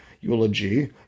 eulogy